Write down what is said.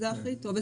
זה הכי טוב.